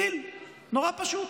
דיל נורא פשוט.